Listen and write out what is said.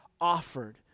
offered